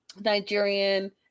Nigerian